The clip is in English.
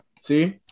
see